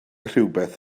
rhywbeth